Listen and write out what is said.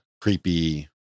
creepy